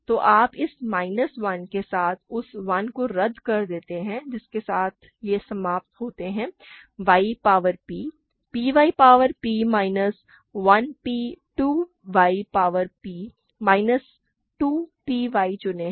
तो आप इस माइनस 1 के साथ उस 1 को रद्द कर देते हैं जिसके साथ यह समाप्त होते हैं y power p p y power p minus 1 p 2 y power p minus 2 p y चुनें है